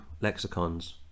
lexicons